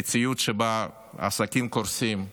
היא מציאות שבה העסקים קורסים,